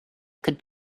could